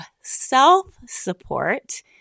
self-support